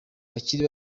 bakiri